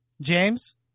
James